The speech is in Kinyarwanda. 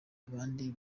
abandi